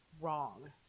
wrong